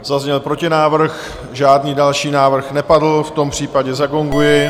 Zazněl protinávrh, žádný další návrh nepadl, v tom případě zagonguji.